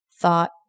thought